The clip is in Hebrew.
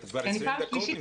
את מדברת כבר 20 דקות.